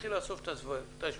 נתחיל לאסוף את השברים.